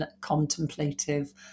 contemplative